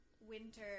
winter